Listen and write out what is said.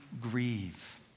grieve